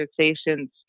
conversations